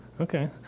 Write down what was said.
Okay